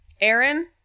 aaron